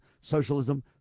socialism